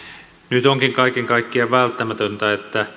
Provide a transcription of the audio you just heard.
nyt onkin kaiken kaikkiaan välttämätöntä